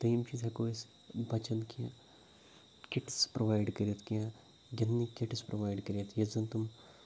دوٚیِم چیٖز ہٮ۪کو أسۍ بَچَن کینٛہہ کِٹٕس پرٛووایِڈ کٔرِتھ کینٛہہ گِنٛدنٕکۍ کِٹٕس پرٛووایِڈ کٔرِتھ یُس زَن تٕم